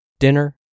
Dinner